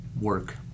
work